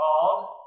called